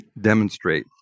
demonstrate